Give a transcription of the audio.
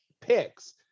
picks